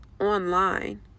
online